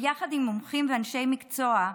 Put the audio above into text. ביחד עם מומחים ואנשי מקצוע,